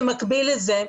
במקביל לזה,